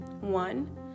one